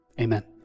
Amen